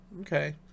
okay